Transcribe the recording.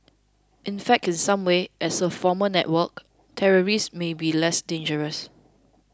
in fact in some ways as a formal network terrorists may be less dangerous